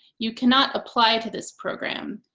you cannot apply to this program.